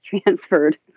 transferred